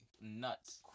Nuts